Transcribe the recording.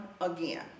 again